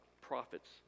Prophets